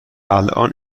الان